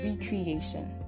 recreation